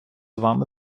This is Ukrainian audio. вами